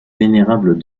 vénérable